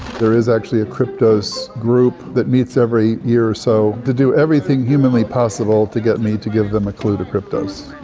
there is actually a kryptos group, that meets every year or so, to do everything humanly possible to get me to give them a clue to kryptos.